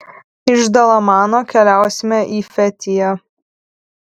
iš dalamano keliausime į fetiją